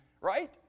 Right